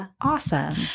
awesome